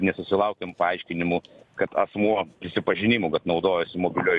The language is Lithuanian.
nesusilaukėm paaiškinimų kad asmuo prisipažinimų kad naudojosi mobiliuoju